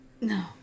No